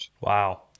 Wow